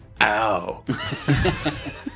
ow